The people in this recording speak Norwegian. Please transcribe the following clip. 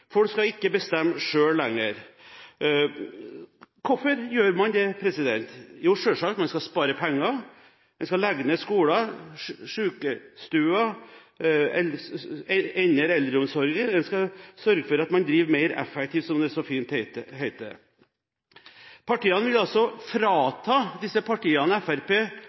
Folk skal ikke bestemme selv lenger. Hvorfor gjør man det? Jo, selvsagt fordi man skal spare penger. Man skal legge ned skoler, sykestuer, endre eldreomsorgen og sørge for at man driver mer effektivt, som det så fint heter. Partiene Fremskrittspartiet, Høyre og Venstre vil frata